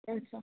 अच्छा